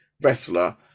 wrestler